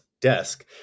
desk